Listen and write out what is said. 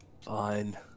Fine